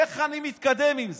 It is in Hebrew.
איך אני מתקדם עם זה?